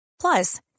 Plus